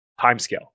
timescale